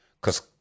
cause